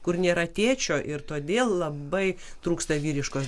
kur nėra tėčio ir todėl labai trūksta vyriškos